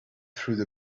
through